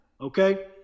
Okay